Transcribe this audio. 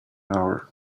hour